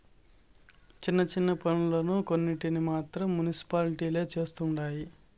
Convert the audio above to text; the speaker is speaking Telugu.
చిన్న చిన్న పన్నులు కొన్నింటిని మాత్రం మునిసిపాలిటీలే చుస్తండాయి